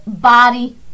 body